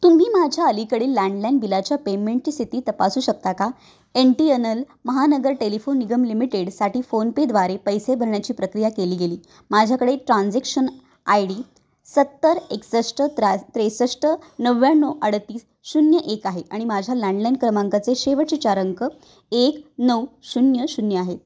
तुम्ही माझ्या अलीकडील लँडलाईन बिलाच्या पेमेंटची स्थिती तपासू शकता का N T N L Mahanagar telephone Nigam लिमिटेडसाठी फोनपेद्वारे पैसे भरण्याची प्रक्रिया केली गेली माझ्याकडे एक ट्रान्झॅक्शन आय डी सत्तर एकसष्ट त्र त्रेसष्ट नव्याण्णव अडतीस शून्य एक आहे आणि माझ्या लँडलाईन क्रमांकाचे शेवटचे चार अंक एक नऊ शून्य शून्य आहेत